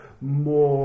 more